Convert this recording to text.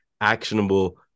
actionable